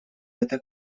это